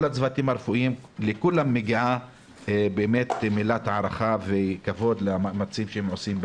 לכל הצוותים הרפואיים מגיעה מילת הערכה וכבוד על המאמצים שהם עושים.